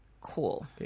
Cool